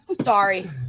Sorry